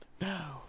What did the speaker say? No